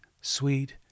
sweet